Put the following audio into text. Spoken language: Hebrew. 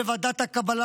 ועדת הקבלה,